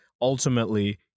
ultimately